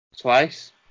Twice